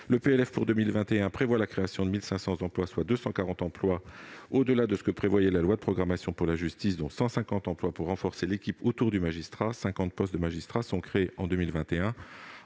pour 2021 prévoit déjà la création de 1 500 emplois, soit 240 emplois au-delà de ce que prévoyait la loi de programmation pour la justice, dont 150 emplois pour renforcer l'équipe autour du magistrat. En outre, 50 postes de magistrats sont créés en 2021.